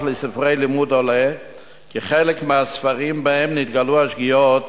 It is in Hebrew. לספרי לימוד עולה כי חלק מהספרים שבהם נתגלו השגיאות